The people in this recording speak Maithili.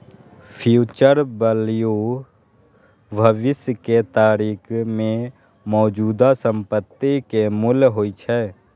फ्यूचर वैल्यू भविष्य के तारीख मे मौजूदा संपत्ति के मूल्य होइ छै